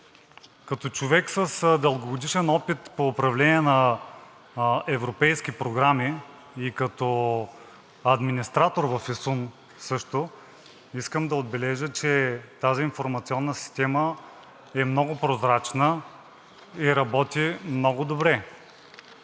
Като човек с дългогодишен опит по управление на европейски програми и като администратор в ИСУН също, искам да отбележа, че тази информационна система е много прозрачна и работи много добре.